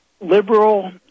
liberal